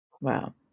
Wow